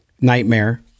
nightmare